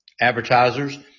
advertisers